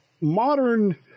Modern